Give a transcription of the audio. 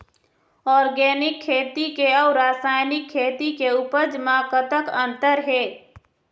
Organic खेती के अउ रासायनिक खेती के उपज म कतक अंतर हे?